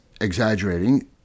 exaggerating